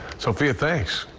sofia, thanks.